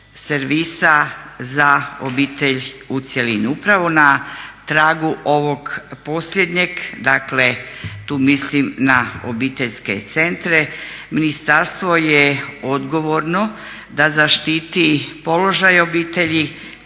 servisa za obitelj u cjelini. Upravo na tragu ovog posljednjem, dakle tu mislim na obiteljske centre ministarstvo je odgovorno da zaštiti položaje obitelji